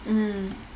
mm